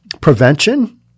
prevention